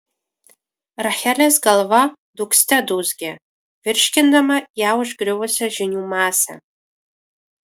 rachelės galva dūgzte dūzgė virškindama ją užgriuvusią žinių masę